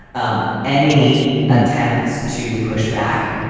um any attempts to push back?